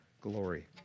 glory